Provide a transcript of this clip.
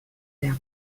their